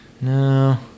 No